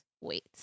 wait